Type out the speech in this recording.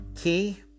key